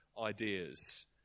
ideas